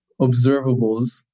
observables